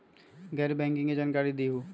गैर बैंकिंग के जानकारी दिहूँ?